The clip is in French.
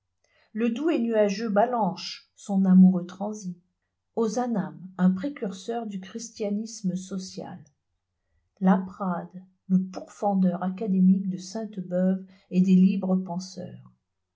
le doux et nuageux ballanche son amoureux transi ozanam un précurseur du christianisme social laprade le pourfendeur académique de sainte-beuve et des libres penseurs